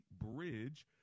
bridge